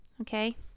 Okay